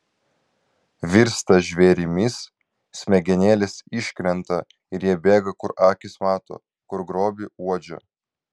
virsta žvėrimis smegenėlės iškrenta ir jie bėga kur akys mato kur grobį uodžia